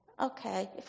Okay